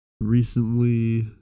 recently